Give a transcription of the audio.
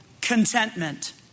contentment